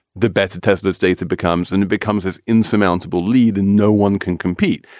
the better tesla's data becomes and it becomes his insurmountable lead and no one can compete.